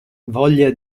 voglia